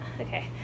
okay